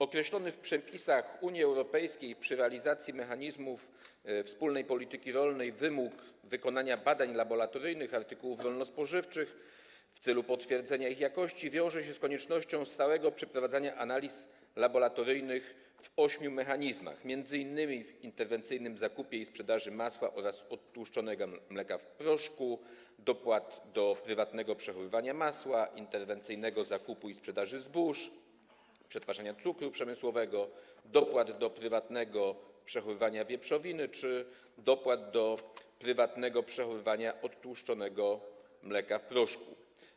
Określony w przepisach Unii Europejskiej przy realizacji mechanizmów wspólnej polityki rolnej wymóg wykonania badań laboratoryjnych artykułów rolno-spożywczych w celu potwierdzenia ich jakości wiąże się z koniecznością stałego przeprowadzania analiz laboratoryjnych w ośmiu mechanizmach, m.in. w interwencyjnym zakupie i sprzedaży masła oraz odtłuszczonego mleka w proszku, dopłat do prywatnego przechowywania masła, interwencyjnego zakupu i sprzedaży zbóż, przetwarzania cukru przemysłowego, dopłat do prywatnego przechowywania wieprzowiny czy dopłat do prywatnego przechowywania odtłuszczonego mleka w proszku.